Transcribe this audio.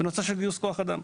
בנושא גיוס כוח אדם.